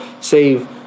save